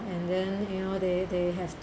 and then you know they they have